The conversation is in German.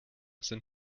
sind